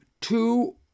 two